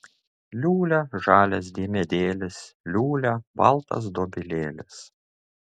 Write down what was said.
liūlia žalias diemedėlis liūlia baltas dobilėlis